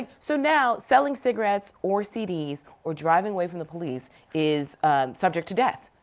ah so now selling cigarettes or cds or driving away from the police is subject to death.